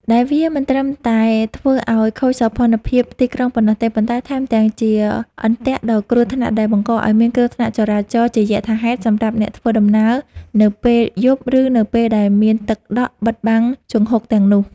ដែលវាមិនត្រឹមតែធ្វើឱ្យខូចសោភ័ណភាពទីក្រុងប៉ុណ្ណោះទេ ប៉ុន្តែថែមទាំងជា អន្ទាក់ ដ៏គ្រោះថ្នាក់ដែលបង្កឱ្យមានគ្រោះថ្នាក់ចរាចរណ៍ជាយថាហេតុសម្រាប់អ្នកធ្វើដំណើរនៅពេលយប់ ឬនៅពេលដែលមានទឹកដក់បិទបាំងជង្ហុកទាំងនោះ។